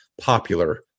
popular